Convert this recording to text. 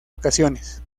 ocasiones